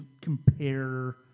compare